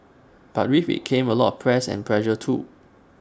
but with IT came A lot of press and pressure too